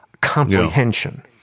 comprehension